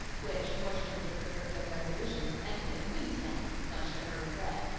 which, fortunately for her good resolutions, ended at queenstown, much to her regret.